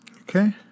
Okay